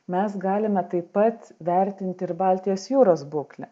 mes galime taip pat vertinti ir baltijos jūros būklę